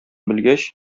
белгәч